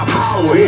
power